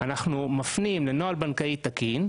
אנחנו מפנים לנוהל בנקאי תקין,